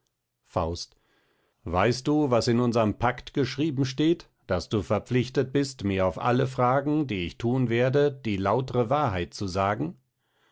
faust weist du was in unserm pact geschrieben steht daß du verpflichtet bist mir auf alle fragen die ich thun werde die lautre wahrheit zu sagen